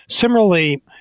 Similarly